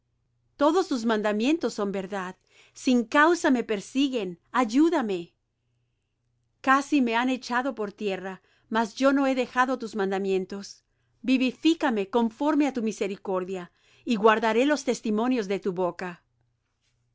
todos tus mandamientos son verdad sin causa me persiguen ayúdame casi me han echado por tierra mas yo no he dejado tus mandamientos vivifícame conforme á tu misericordia y guardaré los testimonios de tu boca